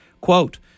Quote